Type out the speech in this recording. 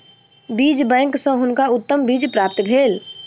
बीज बैंक सॅ हुनका उत्तम बीज प्राप्त भेल